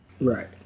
Right